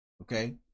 okay